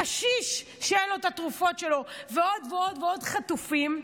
קשיש שאין לו תרופות ועוד ועוד ועוד חטופים.